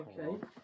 Okay